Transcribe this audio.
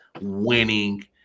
winning